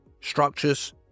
structures